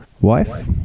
wife